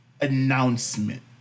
announcement